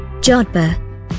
Jodhpur